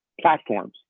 platforms